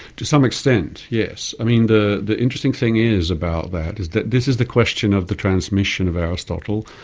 to some extent, yes. i mean, the the interesting thing is about that is that this is the question of the transmission of aristotle,